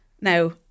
Now